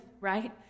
right